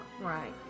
Right